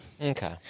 Okay